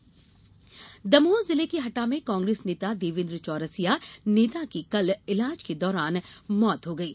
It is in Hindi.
दमोह हत्या दमोह जिले के हटा में कांग्रेस नेता देवेंद्र चौरसिया नेता की कल ईलाज के दौरान मौत हो गयी